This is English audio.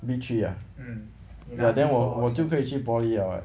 B three ah ya then 我我就可以去 poly liao 了